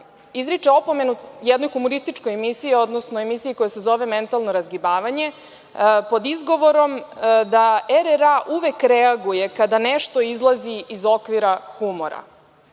izriče opomenu jednoj humorističkoj emisiji, odnosno emisiji koja se zove „Mentalno razgivanje“, pod izgovorom da RRA uvek reaguje kada nešto izlazi iz okvira humora.